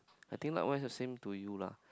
I think likewise the same to you lah